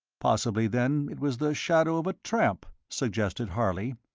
possibly, then, it was the shadow of a tramp, suggested harley.